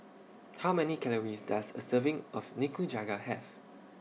How Many Calories Does A Serving of Nikujaga Have